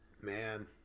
man